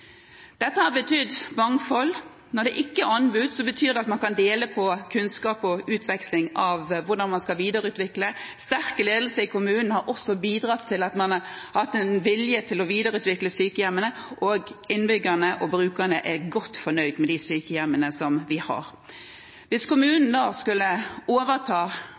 Dette har betydd et mangfold. Når det ikke er anbud, betyr det at man kan dele på kunnskap og utveksle hvordan man skal videreutvikle. Sterk ledelse i kommunen har også bidratt til at man har hatt vilje til å videreutvikle sykehjemmene, og innbyggerne og brukerne er godt fornøyd med de sykehjemmene de har. Hvis kommunen skulle overtatt disse 13 sykehjemmene, hadde de ikke hatt økonomiske muskler til å overta